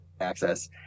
access